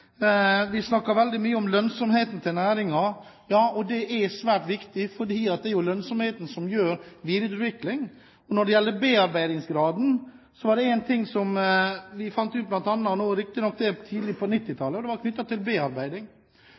Vi snakker veldig mye om lønnsomheten til næringen, og det er svært viktig, for det er jo lønnsomheten som gir videreutvikling. Når det gjelder bearbeidingsgraden, var det én ting vi fant ut – riktignok tidlig på 1990-tallet – knyttet til bearbeiding. Vi har fokusert veldig mye på EU-markedet som vårt nærmarked. Og